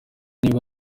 niba